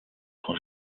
quand